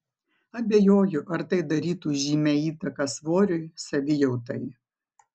abejoju ar tai darytų žymią įtaką svoriui savijautai